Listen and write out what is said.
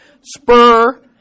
Spur